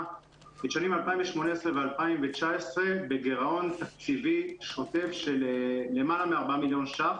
בשנים 2018 ו-2019 בגירעון תקציבי שוטף של למעלה מ-4,000,000 ₪.